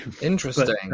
interesting